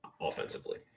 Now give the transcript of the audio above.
offensively